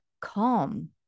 calm